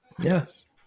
Yes